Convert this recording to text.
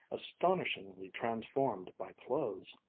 astonishingly transformed by clothes.